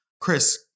Chris